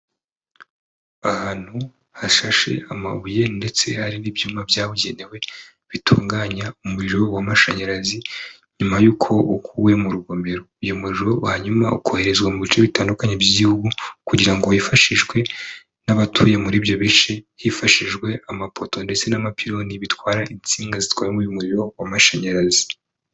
Ahantu hashashe amabuye ndetse hari n'ibyuma byabugenewe bitunganya umuriro w'amashanyarazi nyuma y'uko ukuwe mu rugomero. Uyu muriro, wa ukoherezwa mu bice bitandukanye by'igihugu kugira ngo wifashishwe n'abatuye muri byo bice, hifashijwe amapoto ndetse n'amapiloni bitwara insinga zitwarawemo umuriro w'amashanyarazi,